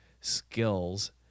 skills